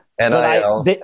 NIL